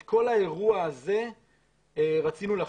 את כל האירוע הזה רצינו לחסוך,